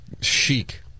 chic